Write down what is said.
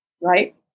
right